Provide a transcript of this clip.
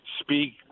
Speak